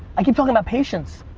i keep talking about patience.